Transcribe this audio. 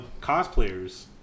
cosplayers